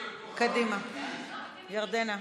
ירדנה,